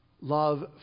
love